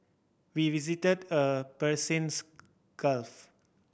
we visited a Persians Gulf